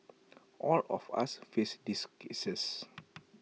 all of us face these cases